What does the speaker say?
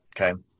okay